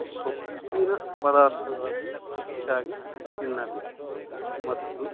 ಸೊಪ್ಪಿನ ಪದಾರ್ಥಗಳನ್ನು ಹೆಚ್ಚಾಗಿ ತಿನ್ನಬೇಕು ಮತ್ತು